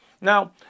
Now